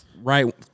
right